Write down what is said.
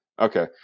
Okay